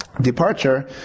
departure